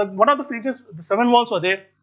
um one of the features, the seven walls were there.